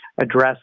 address